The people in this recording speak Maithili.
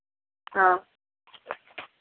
हँ